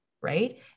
Right